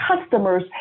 customers